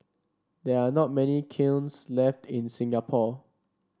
there are not many kilns left in Singapore